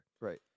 Right